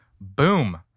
boom